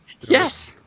yes